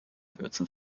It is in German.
würzen